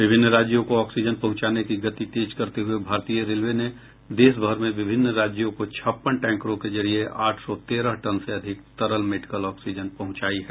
विभिन्न राज्यों को ऑक्सीजन पहुंचाने की गति तेज करते हुए भारतीय रेलवे ने देशभर में विभिन्न राज्यों को छप्पन टैंकरों के जरिए आठ सौ तेरह टन से अधिक तरल मेडिकल ऑक्सीजन पहुंचाई है